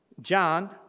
John